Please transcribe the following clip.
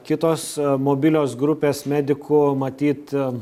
kitos mobilios grupės medikų matyt